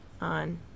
on